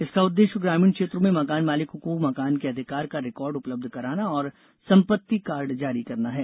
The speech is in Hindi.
इसका उद्देश्य ग्रामीण क्षेत्रो में मकान मालिकों को मकान के अधिकार का रिकार्ड उपलब्ध कराना और संपत्ति कार्ड जारी करना है